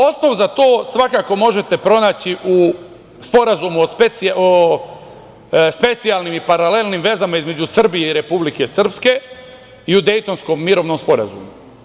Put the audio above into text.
Osnov za to svakako možete pronaći u Sporazumu o specijalnim i paralelnim vezama između Srbije i Republike Srpske i u Dejtonskom mirovnom sporazumu.